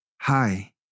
hi